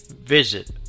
visit